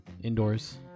indoors